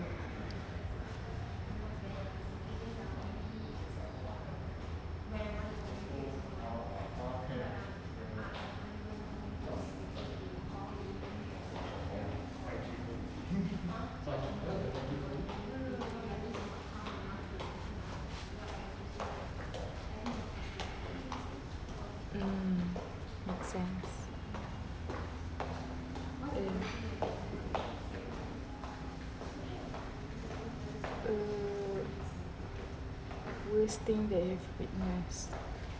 mm make sense uh err worst thing that you've witnessed